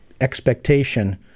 expectation